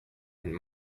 and